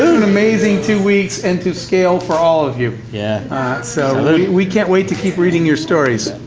an amazing two weeks, and to scale for all of you. yeah so we can't wait to keep reading your stories.